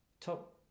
Top